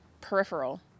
peripheral